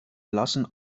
lassen